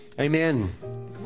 Amen